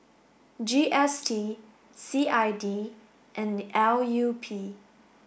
G S T C I D and L U P